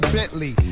Bentley